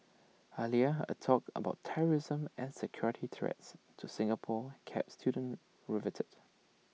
earlier A talk about terrorism and security threats to Singapore kept students riveted